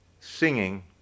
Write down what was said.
singing